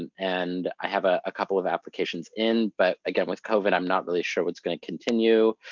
and and i have a couple of applications in, but, again, with covid, i'm not really sure what's gonna continue.